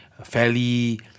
fairly